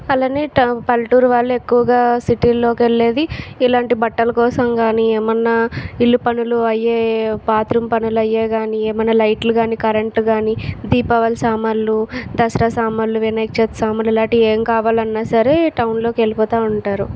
అలానే టౌ పల్లెటూరు వాళ్ళు ఎక్కువగా సిటీ ల్లోకి వెళ్ళేది ఇలాంటి బట్టల కోసం కానీ ఏమన్నా ఇల్లు పనులు అవే బాత్ రూమ్ పనులు అవే కానీ ఏమన్నా లైట్లు కాని కరెంట్ కాని దీపావళి సామాన్లు దసరా సామాన్లు వినాయక చవితి సామాన్లు ఇలాంటి ఏమి సామాన్లు కావాలన్నా సరే టౌన్ లోకి వెళ్ళిపోతూ ఉంటారు